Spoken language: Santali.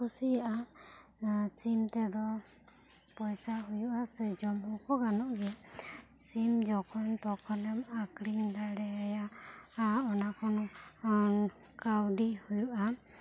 ᱠᱩᱥᱤᱭᱟᱜᱼᱟ ᱥᱤᱢ ᱛᱮ ᱫᱚ ᱯᱚᱭᱥᱟ ᱦᱚᱸ ᱦᱩᱭᱩᱜ ᱟ ᱡᱚᱢ ᱦᱚᱸ ᱠᱚ ᱜᱟᱱᱚᱜ ᱜᱤᱭᱟ ᱥᱤᱢ ᱡᱚᱠᱷᱚᱱ ᱛᱚᱠᱷᱚᱱ ᱮᱢ ᱟᱠᱷᱨᱤᱧ ᱫᱟᱲᱮᱭᱟᱭᱟ ᱚᱱᱟ ᱛᱮ ᱫᱚ ᱠᱟᱹᱣᱲᱤ ᱦᱩᱭᱩᱜ ᱟ